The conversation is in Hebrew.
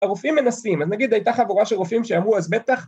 ‫הרופאים מנסים, אז נגיד הייתה ‫חבורה של רופאים שאמרו, אז בטח...